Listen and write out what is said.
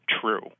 true